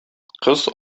кыз